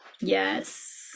Yes